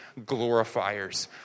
glorifiers